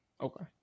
Okay